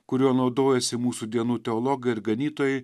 kuriuo naudojasi mūsų dienų teologai ir ganytojai